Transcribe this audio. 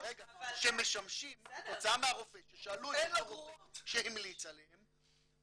--- שמשמשים --- ששאלו את אותו רופא שהמליץ עליהם